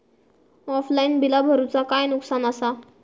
Offline बिला भरूचा काय नुकसान आसा?